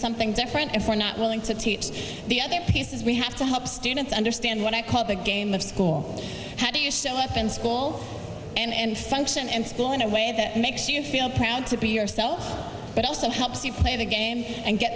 something different if we're not willing to teach the other pieces we have to help students understand what i call the game of school had yourself in school and function and school in a way that makes you feel proud to be yourself but also helps you play the game and get